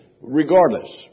regardless